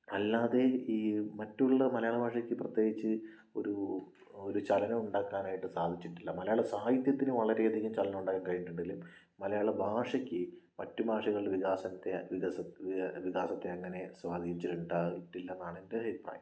അല്ലാതെ ഈ മറ്റുള്ള മലയാള ഭാഷയ്ക്ക് പ്രത്യേകിച്ച് ഒരു ഒരു ചലനമുണ്ടാക്കാനായിട്ട് സാധിച്ചിട്ടില്ല മലയാള സാഹിത്യത്തിന് വളരെയധികം ചലനമുണ്ടാക്കാൻ കഴിഞ്ഞിട്ടുണ്ടെങ്കിലും മലയാള ഭാഷയ്ക്ക് മറ്റു ഭാഷകളുടെ വികാസത്തെ അങ്ങനെ സ്വാധീനിച്ചിട്ടില്ലെന്നാണ് എന്റെയൊരു അഭിപ്രായം